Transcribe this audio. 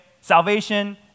Salvation